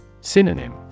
Synonym